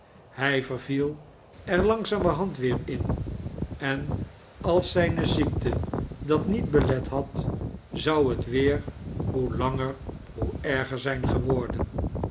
hij verviel er langzamerhand weer in en al zijne ziekte dat niet belet had zou het weer hoe langer hoe erger zijn geworden